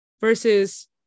versus